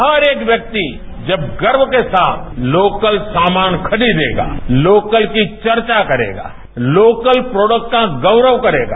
हर एक व्यक्ति जब गर्व के साथ तोकल सामान खरीदेगा लोकल की वर्चा करेगा लोकल प्रोडक्ट का गौरव करेगा